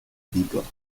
bigorre